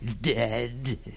Dead